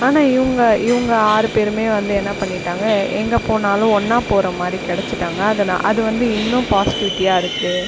ஆனால் இவங்க இவங்க ஆறு பேருமே வந்து என்ன பண்ணிட்டாங்கள் எ எங்கே போனாலும் ஒன்னாக போகிற மாதிரி கிடச்சிட்டாங்க அதனால் அது வந்து இன்னும் பாசிட்டிவிட்டியாக இருக்குது